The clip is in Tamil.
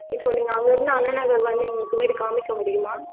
இப்போ நீங்கள் அங்கேருந்து அண்ணாநகர் வந்து எங்களுக்கு வீடு காமிக்க முடியுமா